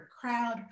crowd